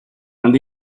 and